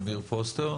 אמיר פוסטר,